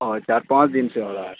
اور چار پانچ دن سے ہو رہا ہے